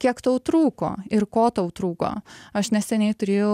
kiek tau trūko ir ko tau trūko aš neseniai turėjau